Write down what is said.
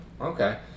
Okay